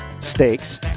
stakes